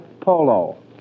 polo